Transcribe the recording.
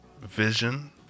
vision